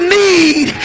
need